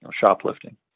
Shoplifting